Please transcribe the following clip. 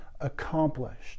accomplished